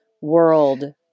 world